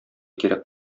кирәк